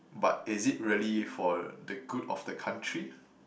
but is it really for the good of the country